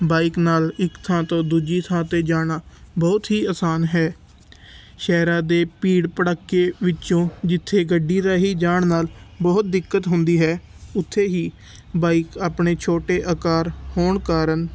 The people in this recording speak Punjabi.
ਬਾਈਕ ਨਾਲ ਇੱਕ ਥਾਂ ਤੋਂ ਦੂਜੀ ਥਾਂ 'ਤੇ ਜਾਣਾ ਬਹੁਤ ਹੀ ਆਸਾਨ ਹੈ ਸ਼ਹਿਰਾਂ ਦੇ ਭੀੜ ਭੜੱਕੇ ਵਿੱਚੋਂ ਜਿੱਥੇ ਗੱਡੀ ਦਾ ਹੀ ਜਾਣ ਨਾਲ ਬਹੁਤ ਦਿੱਕਤ ਹੁੰਦੀ ਹੈ ਉੱਥੇ ਹੀ ਬਾਈਕ ਆਪਣੇ ਛੋਟੇ ਆਕਾਰ ਹੋਣ ਕਾਰਨ